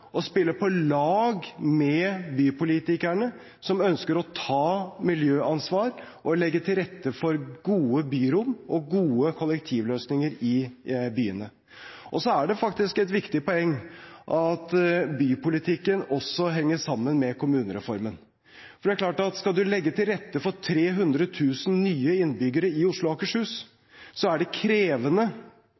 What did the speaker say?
å spille på lag med bypolitikerne, som ønsker å ta miljøansvar, og legge til rette for gode byrom og gode kollektivløsninger i byene. Og det er faktisk et viktig poeng at bypolitikken også henger sammen med kommunereformen, for skal du legge til rette for 300 000 nye innbyggere i Oslo og Akershus, er det klart at det er krevende